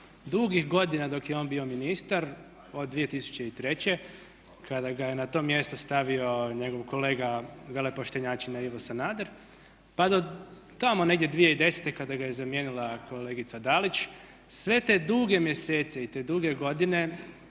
dugih godina dok je on bio ministar, od 2003. kada ga je na to mjesto stavio njegov kolega velepoštenjačina Ivo Sanader pa do tamo negdje 2010. kada ga je zamijenila kolegica Dalić. Sve te duge mjesece i te duge godine